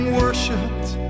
worshipped